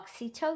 oxytocin